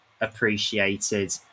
appreciated